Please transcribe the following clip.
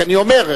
רק אני אומר,